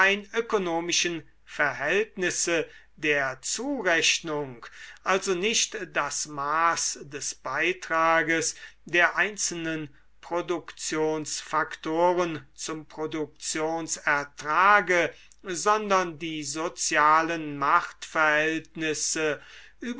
ökonomischen verhältnisse der zurechnung also nicht das maß des beitrages der einzelnen produktionsfaktoren zum produktionsertrage sondern die sozialen machtverhältnisse